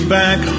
back